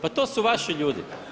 Pa to su vaši ljudi.